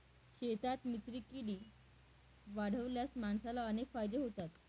शेतात मित्रकीडी वाढवल्यास माणसाला अनेक फायदे होतात